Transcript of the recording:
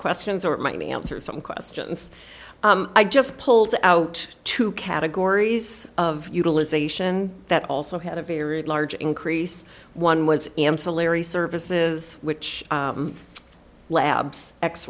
questions or it might answer some questions i just pulled out two categories of utilization that also had a very large increase one was amsa larry services which labs x